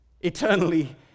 eternally